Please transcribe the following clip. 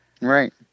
Right